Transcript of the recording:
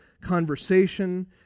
conversation